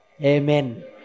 Amen